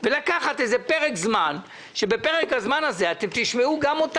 אתה חושב שהדיון הזה היה מתקיים אם לא הייתי מאשר אותו?